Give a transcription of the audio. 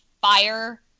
fire